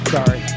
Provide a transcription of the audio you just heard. Sorry